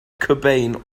cobain